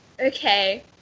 okay